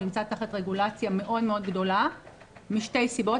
הוא נמצא תחת רגולציה מאוד גדולה משתי סיבות,